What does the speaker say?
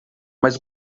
mas